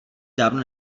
dávno